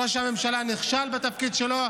ראש הממשלה נכשל בתפקיד שלו,